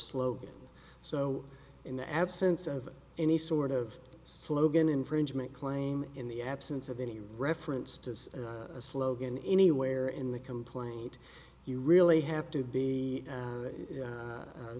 slogan so in the absence of any sort of slogan infringement claim in the absence of any reference to a slogan anywhere in the complaint you really have to be